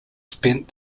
spent